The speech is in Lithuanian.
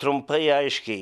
trumpai aiškiai